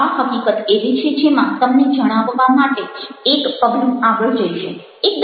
આ હકીકત એવી છે જેમાં તમને જણાવવા માટે એક પગલું આગળ જઈશું